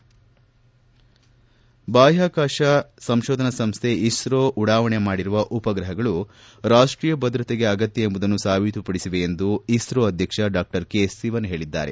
ಭಾರತೀಯ ಬಾಹ್ಯಾಕಾಶ ಸಂಶೋಧನಾ ಸಂಶೈ ಇಸ್ತೋ ಉಡಾವಣೆ ಮಾಡಿರುವ ಉಪಗ್ರಹಗಳು ರಾಖ್ವೀಯ ಭದ್ರತೆಗೆ ಅಗತ್ತ ಎಂಬುದನ್ನು ಸಾಬೀತುಪಡಿಸಿವೆ ಎಂದು ಇಸ್ರೋ ಅಧ್ಯಕ್ಷ ಡಾ ಕೆ ಸಿವನ್ ಹೇಳಿದ್ದಾರೆ